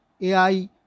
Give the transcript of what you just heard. AI